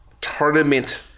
tournament